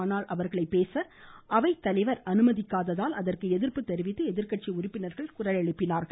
ஆனால் அவர்களை பேச அவைத்தலைவர் அனுமதிக்காததால் அதற்கு எதிர்ப்பு தெரிவித்து எதிர்கட்சி உறுப்பினர்கள் குரல் எழுப்பினார்கள்